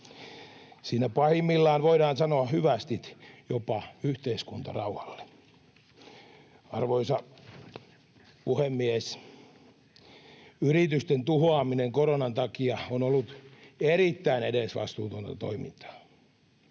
Siinä pahimmillaan voidaan sanoa hyvästit jopa yhteiskuntarauhalle. Arvoisa puhemies! Yritysten tuhoaminen koronan takia on ollut erittäin edesvastuutonta toimintaa.